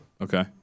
Okay